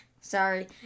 sorry